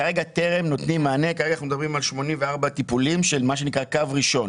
כרגע טרם נותנים מענה ל-84 טיפולים של מה שנקרא "קו ראשון".